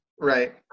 Right